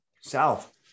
South